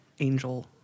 Angel